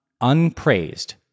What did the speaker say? unpraised